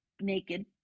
naked